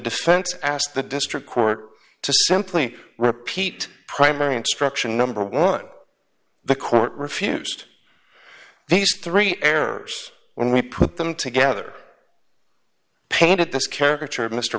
defense asked the district court to simply repeat primary instruction number one the court refused these three errors when we put them together painted this caricature of mr